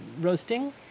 roasting